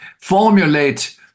formulate